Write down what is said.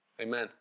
Amen